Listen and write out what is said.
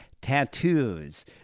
tattoos